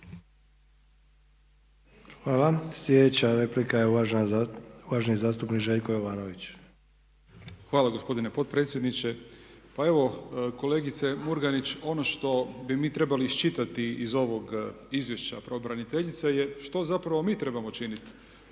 Hvala. Slijedeća replika je uvaženi zastupnik Željko Jovanović. **Jovanović, Željko (SDP)** Hvala gospodine potpredsjedniče. Pa evo kolegice Murganić, ono što bi mi trebali iščitati iz ovog izvješća pravobraniteljice je što zapravo mi trebamo činit